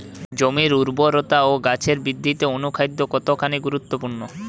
জমির উর্বরতা ও গাছের বৃদ্ধিতে অনুখাদ্য কতখানি গুরুত্বপূর্ণ?